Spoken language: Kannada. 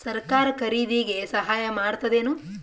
ಸರಕಾರ ಖರೀದಿಗೆ ಸಹಾಯ ಮಾಡ್ತದೇನು?